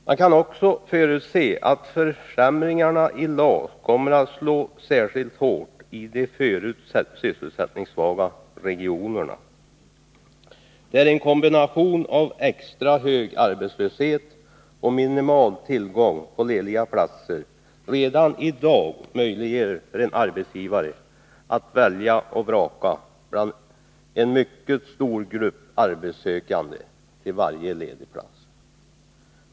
Man kan också förutse att försämringarna i LAS kommer att slå särskilt hårt i de förut sysselsättningssvaga regionerna, där en kombination av extra hög arbetslöshet och minimal tillgång på lediga platser redan i dag möjliggör för en arbetsgivare att välja och vraka bland en mycket stor grupp sökande till varje ledig plats.